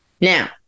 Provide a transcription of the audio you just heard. Now